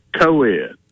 co-ed